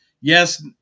Yes